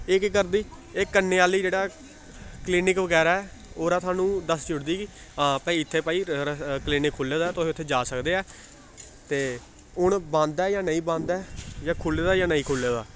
एह् केह् करदी एह् कन्नै आह्ली जेह्ड़ा क्लिनिक बगैरा ऐ ओह्दा सानूं दस्सी ओड़दी कि हां भाई इत्थै भाई क्लिनिक खु'ल्ले दा ऐ तुस उत्थै जा सकदे ऐ ते हून बंद ऐ जां नेईं बंद ऐ जां खु'ल्ले दा जां नेईं खु'ल्ले दा